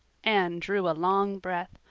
anne drew a long breath.